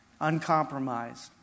Uncompromised